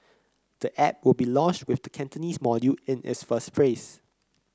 the app will be launched with the Cantonese module in its first phase